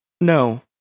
No